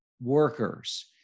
workers